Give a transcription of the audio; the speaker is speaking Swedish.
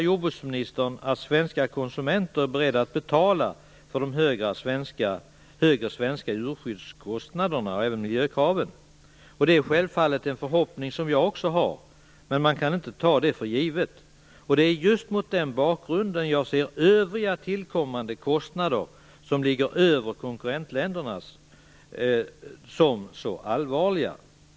Jordbruksministern hävdar att svenska konsumenter är beredda att betala för de högre svenska kraven på djurskydd och miljö. Självfallet har jag också den förhoppningen. Men man kan inte ta detta för givet. Det är just mot den bakgrunden jag ser övriga tillkommande kostnader som ligger högre än konkurrentländernas som så allvarliga.